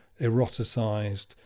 eroticized